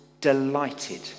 delighted